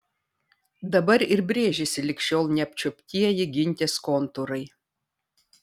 dabar ir brėžiasi lig šiol neapčiuoptieji gintės kontūrai